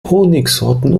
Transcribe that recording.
honigsorten